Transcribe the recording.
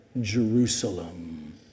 Jerusalem